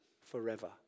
forever